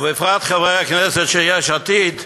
ובפרט חברי הכנסת של יש עתיד,